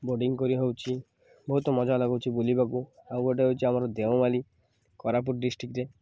boarding କରି ହେଉଛି ବହୁତ ମଜା ଲାଗୁଛି ବୁଲିବାକୁ ଆଉ ଗୋଟେ ହେଉଛି ଆମର ଦେଓମାଳି କୋରାପୁଟ ଡିଷ୍ଟକ୍ରେ